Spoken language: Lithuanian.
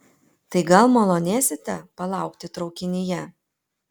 tai gal malonėsite palaukti traukinyje